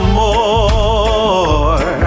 more